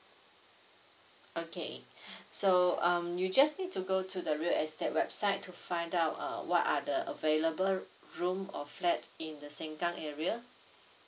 okay so um you just need to go to the real estate website to find out uh what are the available room or flat in the sengkang area